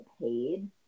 paid